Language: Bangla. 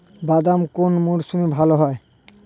বাদাম কোন মরশুমে ভাল হয়?